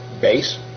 Base